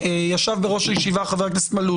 ישב בראש הישיבה חבר הכנסת מלול